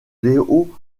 léo